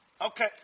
Okay